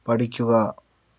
പഠിക്കുക